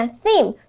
theme